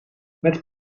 met